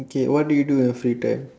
okay what do you do in your free time